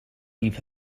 leave